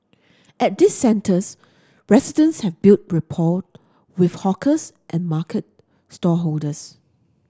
at these centres residents have built rapport with hawkers and market stallholders